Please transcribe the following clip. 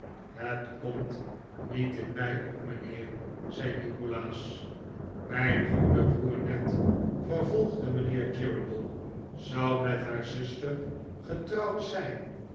het komt niet in mij op mijnheer zei nikolaas mijn goede broer ned vervolgde mijnheer cheeryble zou met haar zuster getrouwd zijn